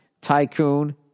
Tycoon